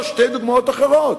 או שתי דוגמאות אחרות,